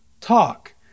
talk